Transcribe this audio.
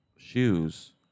shoes